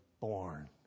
born